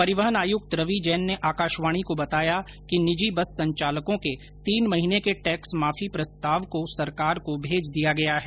परिवहन आयुक्त रवि जैन ने आकाशवाणी को बताया कि निजी बस संचालकों के तीन महीने के टैक्स माफी प्रस्ताव को सरकार को भेज दिया गया है